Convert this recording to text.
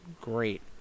Great